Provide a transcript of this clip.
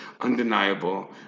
undeniable